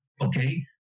Okay